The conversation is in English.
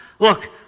Look